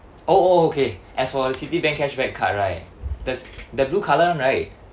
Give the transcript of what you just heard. oh oh okay as for the Citibank cashback card right there's the blue colour [one] right